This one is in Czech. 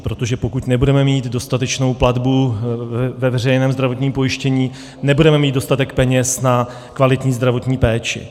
Protože pokud nebudeme mít dostatečnou platbu ve veřejném zdravotním pojištění, nebudeme mít dostatek peněz na kvalitní zdravotní péči.